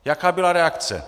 Jaká byla reakce?